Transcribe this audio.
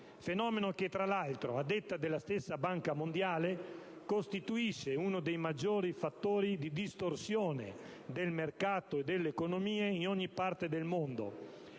corruzione. Tra l'altro, a detta della stessa Banca mondiale, tale fenomeno costituisce uno dei maggiori fattori di distorsione del mercato e delle economie in ogni parte del mondo,